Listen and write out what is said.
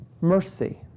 mercy